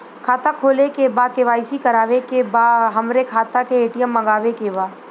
खाता खोले के बा के.वाइ.सी करावे के बा हमरे खाता के ए.टी.एम मगावे के बा?